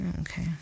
Okay